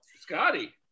Scotty